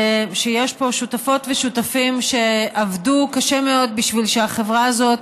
יש פה שותפות ושותפים שעבדו קשה מאוד בשביל שהחברה הזאת